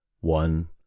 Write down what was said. one